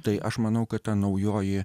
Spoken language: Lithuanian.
tai aš manau kad ta naujoji